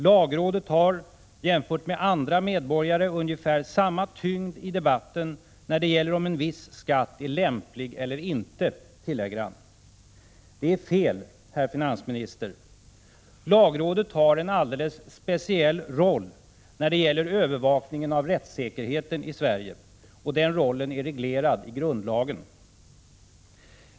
Lagrådet har jämfört med andra medborgare ungefär samma tyngd i debatten när det gäller om en viss skatt är lämplig eller inte, tillägger han. Det är fel, herr finansminister. Lagrådet har en alldeles speciell roll när det gäller övervakningen av rättssäkerheten i Sverige. Den rollen är reglerad i grundlagen.